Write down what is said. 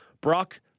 Brock